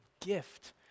gift